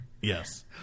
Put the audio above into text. Yes